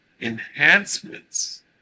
enhancements